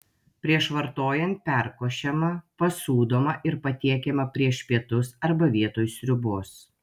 prieš vartojant perkošiama pasūdomą ir patiekiama prieš pietus arba vietoj sriubos